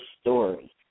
story